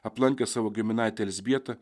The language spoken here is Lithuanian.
aplankė savo giminaitę elzbietą